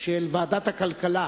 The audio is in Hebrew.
של ועדת הכלכלה,